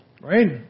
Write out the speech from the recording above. right